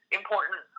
important